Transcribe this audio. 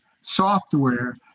software